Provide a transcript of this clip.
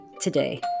today